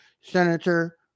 Senator